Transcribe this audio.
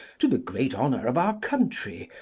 to the great honour of our country,